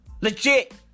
Legit